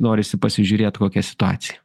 norisi pasižiūrėt kokia situacija